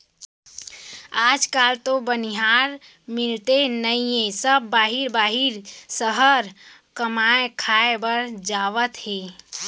आज काल तो बनिहार मिलते नइए सब बाहिर बाहिर सहर कमाए खाए बर जावत हें